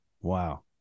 wow